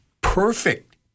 perfect